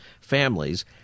families